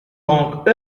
donc